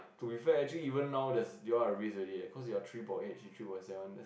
to be fair actually even now there's you'll at risk already eh cause you are three point eight she three point seven